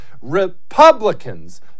Republicans